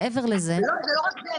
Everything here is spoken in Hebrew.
זה לא רק זה.